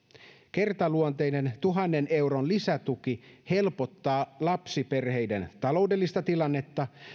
kertaluonteinen tuhannen euron lisätuki helpottaa lapsiperheiden taloudellista tilannetta